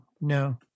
No